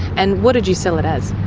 and what did you sell it as?